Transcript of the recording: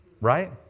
Right